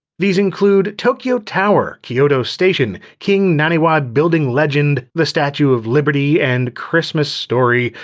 these include tokyo tower, kyoto station, king naniwa building legend, the statue of liberty, and christmas story,